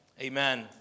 Amen